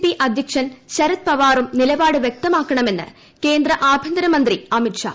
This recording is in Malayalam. പി അദ്ധ്യക്ഷൻ ശരത്പവാറും നിലപാട് വൃക്തമാക്കണമെന്ന് കേന്ദ്ര ആഭ്യന്തര മന്ത്രി അമിത്ഷാ